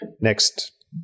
next